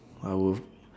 our